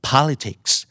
Politics